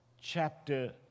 chapter